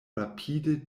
rapide